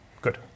Good